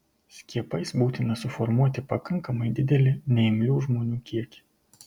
skiepais būtina suformuoti pakankamai didelį neimlių žmonių kiekį